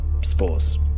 spores